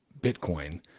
Bitcoin